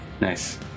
Nice